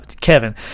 Kevin